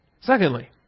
Secondly